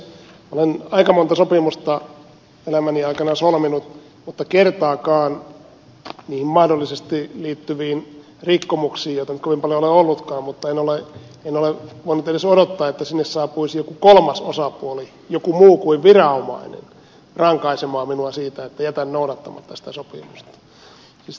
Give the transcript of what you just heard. olen aika monta sopimusta elämäni aikana solminut mutta kertaakaan niihin mahdollisesti liittyvissä rikkomuksissa joita nyt kovin paljon ei ole ollutkaan en ole voinut edes odottaa että sinne saapuisi joku kolmas osapuoli joku muu kuin viranomainen rankaisemaan minua siitä että jätän noudattamatta sitä sopimusta